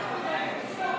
4)